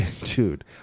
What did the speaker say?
Dude